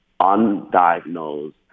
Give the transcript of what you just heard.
undiagnosed